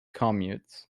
communes